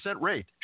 rate